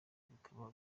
bikaba